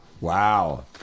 wow